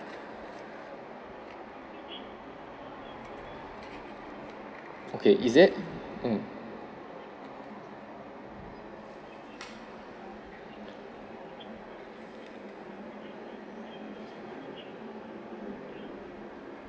okay is there mm